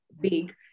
big